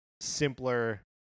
simpler